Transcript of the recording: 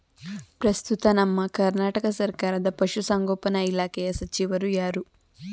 ಪ್ರಸ್ತುತ ನಮ್ಮ ಕರ್ನಾಟಕ ಸರ್ಕಾರದ ಪಶು ಸಂಗೋಪನಾ ಇಲಾಖೆಯ ಸಚಿವರು ಯಾರು?